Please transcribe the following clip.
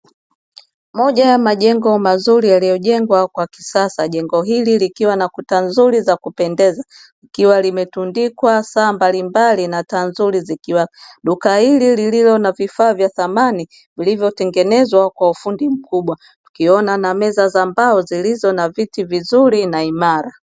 Moja ya majengo mazuri yaliyojengwa kwa kisasa, jengo hili likiwa na kuta nzuri za kupendeza likiwa limetundikwa saa mbalimbali na taa nzuri zikiwaka, duka hili lililo na vifaa vya thamani vilivyotengenezwa kwa ufundi mkubwa, tukiona na meza za mbao zilizo na viti vizuri na imara.